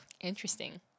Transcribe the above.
Interesting